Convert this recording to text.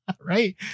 right